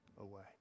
away